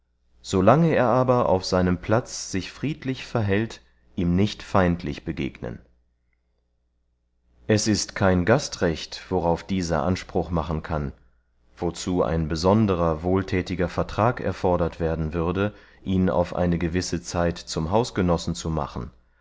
er aber auf seinem platz sich friedlich verhält ihm nicht feindlich begegnen es ist kein gastrecht worauf dieser anspruch machen kann wozu ein besonderer wohlthätiger vertrag erfordert werden würde ihn auf eine gewisse zeit zum hausgenossen zu machen